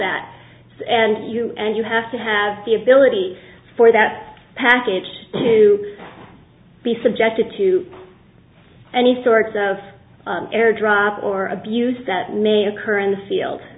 that and you and you have to have the ability for that package to be subjected to any sort of air drop or abuse that may occur in the field